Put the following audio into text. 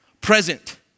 present